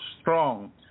strong